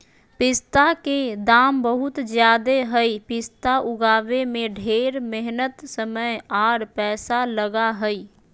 पिस्ता के दाम बहुत ज़्यादे हई पिस्ता उगाबे में ढेर मेहनत समय आर पैसा लगा हई